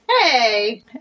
hey